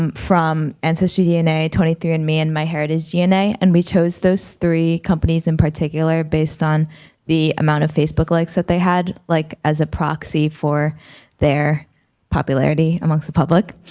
um from ancestry dna twenty three andme, and my heritage dna. and we chose those three companies in particular based on the amount of facebook likes that they had like as a proxy for their popularity amongst the public.